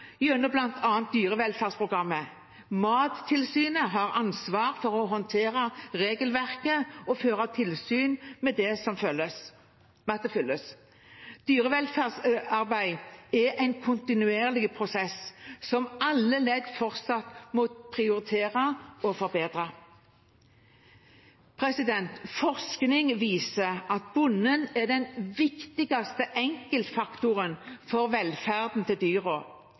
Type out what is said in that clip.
gjennom bl.a. dyrevelferdsprogrammet. Mattilsynet har ansvar for å håndheve regelverket og føre tilsyn med at det følges. Dyrevelferdsarbeid er en kontinuerlig prosess som alle ledd fortsatt må prioritere og forbedre. Forskning viser at bonden er den viktigste enkeltfaktoren for velferden til